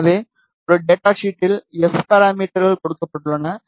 எனவே ஒரு டேட்டா ஷீட்டில் எஸ் பாராமீட்டர்கள் கொடுக்கப்பட்டுள்ளன